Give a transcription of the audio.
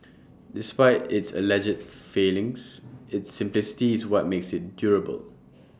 despite its alleged failings its simplicity is what makes IT durable